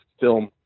film